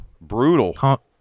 Brutal